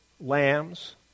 lambs